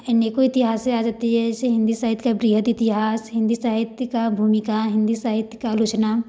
अनेकों इतिहास से आ जाती है जैसे हिंदी साहित्य का बृहत इतिहास हिंदी साहित्य का भूमिका हिंदी साहित्य का आलोचना